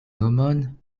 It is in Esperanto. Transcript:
nomon